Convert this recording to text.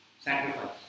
Sacrifice